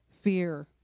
fear